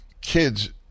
kids